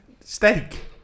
steak